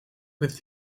with